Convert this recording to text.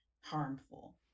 harmful